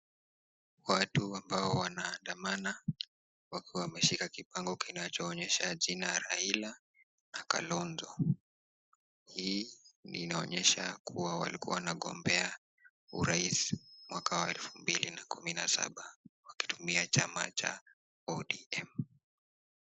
Watu ambao wanaandamana wakiwa wameshika kipango kinachoonyesha jina Raila na Kalonzo. Hii ni inaonyesha kuwa walikuwa wanagombea urais mwaka wa 2017 wakitumia chama cha ODM.